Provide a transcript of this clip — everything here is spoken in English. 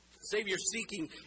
Savior-seeking